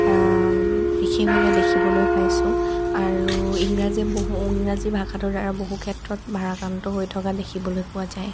বিশেষভাৱে দেখিবলৈ পাইছোঁ আৰু ইংৰাজীয়ে বহু ইংৰাজী ভাষাটোৰ দ্বাৰা বহু ক্ষেত্ৰত ভাৰাক্ৰান্ত হৈ থকা দেখিবলৈ পোৱা যায়